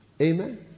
amen